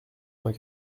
vingt